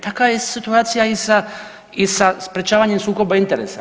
Takva je situacija i sa sprječavanjem sukoba interesa.